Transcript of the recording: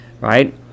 right